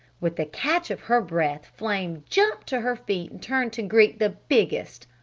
with a catch of her breath flame jumped to her feet and turned to greet the biggest,